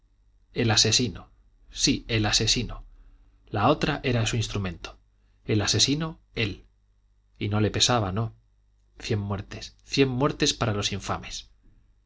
el asesino sí el asesino la otra era su instrumento el asesino él y no le pesaba no cien muertes cien muertes para los infames